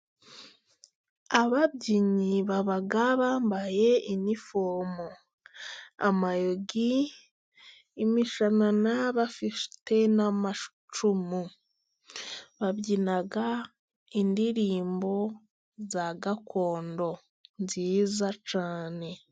Ababyinnyi baba bambaye inifomu amayogi, imishanana, bafite n'amacumu, babyina indirimbo za gakondo nziza cyane.